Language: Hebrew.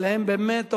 אבל הם באמת אומרים: